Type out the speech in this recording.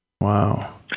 Wow